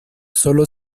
sólo